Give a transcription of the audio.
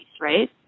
right